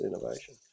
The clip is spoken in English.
innovation